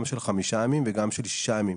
גם של חמישה ימים וגם של שישה ימים.